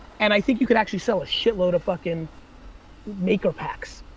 and i think you could actually sell a shitload of fucking maker packs.